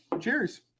cheers